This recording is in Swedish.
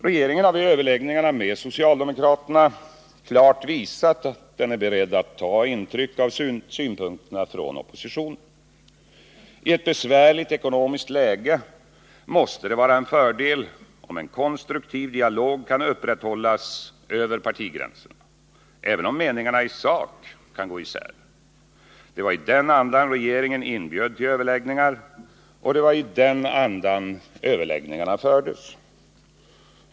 Regeringen har vid överläggningarna med socialdemokraterna klart visat att den är beredd att ta intryck av synpunkterna från oppositionen. I ett besvärligt ekonomiskt läge måste det vara en fördel om en konstruktiv dialog kan upprätthållas över partigränserna, även om meningarna i sak kan gå isär. Det var i den andan regeringen inbjöd till överläggningar, och det var i den andan överläggningarna fördes.